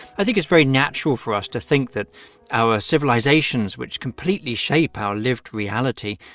i think it's very natural for us to think that our civilizations, which completely shape our lived reality,